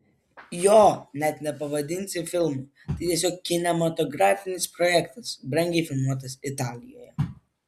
jo net nepavadinsi filmu tai tiesiog kinematografinis projektas brangiai filmuotas italijoje